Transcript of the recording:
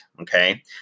okay